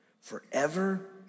forever